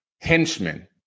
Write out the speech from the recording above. henchmen